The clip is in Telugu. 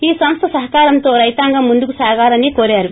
ఈ సంస్ట సహకారంతో రైతాంగం ముందుకు సాగాలని కోరారు